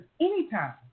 anytime